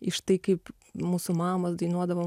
iš tai kaip mūsų mamos dainuodavo